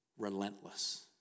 relentless